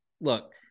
look